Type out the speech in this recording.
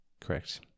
Correct